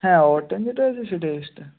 হ্যাঁ ওভারটাইম যেটা আছে সেটা এক্সট্রা